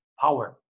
power